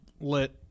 lit